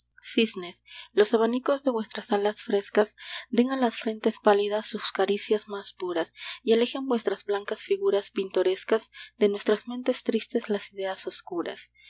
cisnes los abanicos de vuestras alas frescas den a las frentes pálidas sus caricias más puras y alejen vuestras blancas figuras pintorescas de nuestras mentes tristes las ideas oscuras